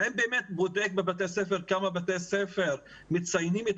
האם באמת בודק כמה בתי ספר מציינים את